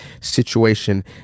situation